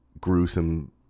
gruesome